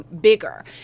bigger